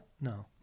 No